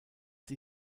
sie